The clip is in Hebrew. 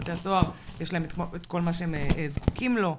בתי הסוהר יש להם את כל מה שהם זקוקים לו,